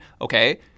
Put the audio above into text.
okay